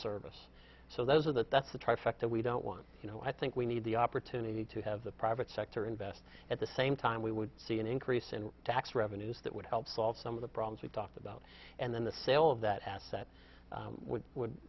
service so those are the that's the trifecta we don't want you know i think we need the opportunity to have the private sector invest at the same time we would see an increase in tax revenues that would help solve some of the problems we talked about and then the sale of that asset which would